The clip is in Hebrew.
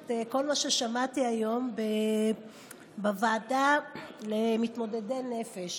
כל מה ששמעתי היום בוועדה למתמודדי נפש.